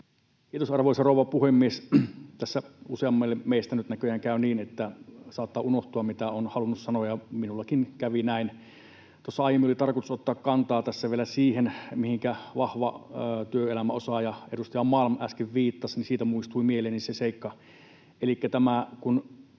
Kiitos, arvoisa rouva puhemies! Tässä useammille meistä nyt näköjään käy niin, että saattaa unohtua, mitä on halunnut sanoa, ja minullekin kävi näin. Tuossa aiemmin oli tarkoitus ottaa kantaa tässä vielä siihen, mihinkä vahva työelämäosaaja, edustaja Malm, äsken viittasi. Siitä muistui mieleeni se seikka,